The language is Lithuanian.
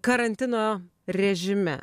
karantino režime